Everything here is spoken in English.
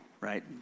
right